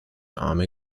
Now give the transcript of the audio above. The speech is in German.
arme